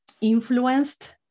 influenced